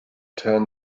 turn